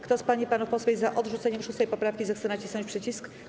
Kto z pań i panów posłów jest za odrzuceniem 6. poprawki, zechce nacisnąć przycisk.